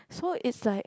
so it's like